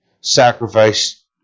sacrifice